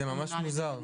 זה ממש מוזר,